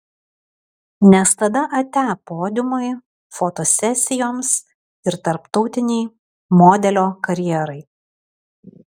nes tada atia podiumui fotosesijoms ir tarptautinei modelio karjerai